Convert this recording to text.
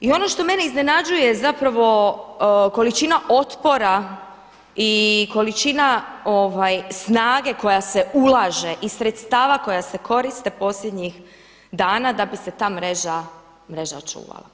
I ono što mene iznenađuje zapravo količina otpora i količina snage koja se ulaže i sredstava koja se koriste posljednjih dana da bi se ta mreža očuvala.